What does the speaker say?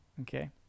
Okay